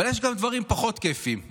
אבל יש גם דברים פחות כיפיים.